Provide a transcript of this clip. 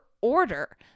order